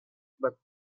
but